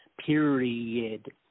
period